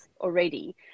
already